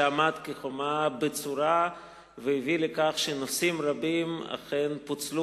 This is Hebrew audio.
שעמד כחומה בצורה והביא לכך שנושאים רבים אכן פוצלו